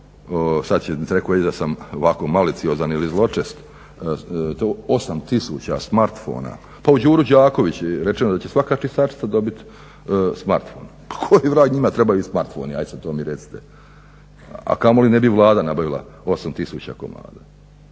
sad će netko reći da sam ovako maliciozan ili zločest 8000 smartphona. Pa u Đuri Đakoviću je rečeno da će svaka čistačica dobiti smartphone. Pa koji vrag njima trebaju smartphoni, hajde sad to mi recite. A kamoli ne bi Vlada nabavila 8000 komada.